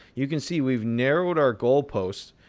you can see we've narrowed our goalpost.